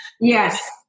Yes